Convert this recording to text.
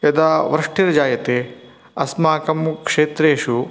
यदा वृष्टिर्जायते अस्माकं क्षेत्रेषु